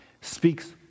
speaks